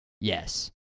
Yes